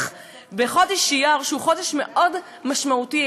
חודש אייר הוא חודש מאוד משמעותי,